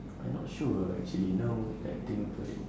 I'm not sure actually now that I think about it